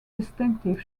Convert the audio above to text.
distinctive